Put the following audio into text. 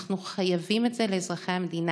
אנחנו חייבים את זה לאזרחי המדינה.